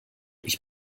ich